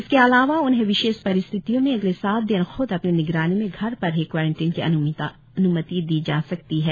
इसके अलावा उन्हें विशेष परिस्थितियों में अगले सात दिन ख्द अपनी निगरानी में घर पर ही क्वारंटीन की अन्मति दी जा सकती है